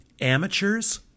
Amateurs